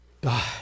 die